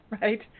right